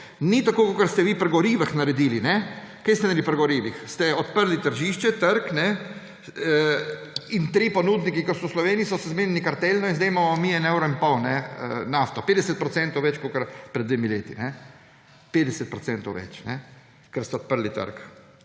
Ni tako kot ste vi pri gorivih naredili. Kaj ste naredili pri gorivih? Ste odprli tržišče, trg in trije ponudniki, ki so v Sloveniji, so se zmenili kartelno in sedaj imamo mi 1 evro in pol nafto, 50 % več kot pred dvema letoma. 50 % več, ker ste odprli trg.